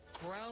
Grow